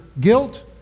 guilt